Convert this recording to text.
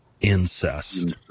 Incest